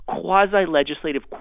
quasi-legislative